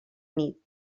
nit